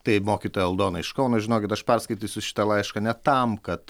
tai mokytoja aldona iš kauno žinokit aš perskaitysiu šitą laišką ne tam kad